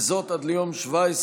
וזאת עד ליום 17